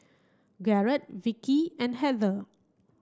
Garrett Vikki and Heather